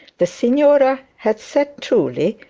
the signora had said truly,